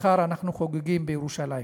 מחר אנחנו חוגגים בירושלים.